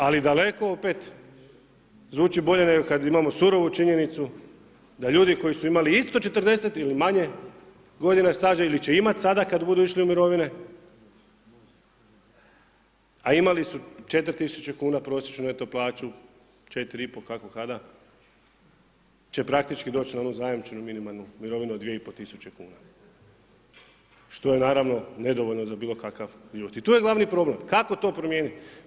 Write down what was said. Ali daleko opet zvuči bolje nego kad imamo surovu činjenicu da ljudi koji su imali isto 40 ili manje godina staža ili će imat sada kad budu išli u mirovine, a imali su 4000 kuna prosječnu neto plaću, 4500, kako kada, će praktički doći na onu zajamčenu minimalnu mirovinu od 2500 kuna, što je naravno nedovoljno za bilo kakav život i tu je glavni problem. kako to promijenit?